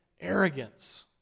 arrogance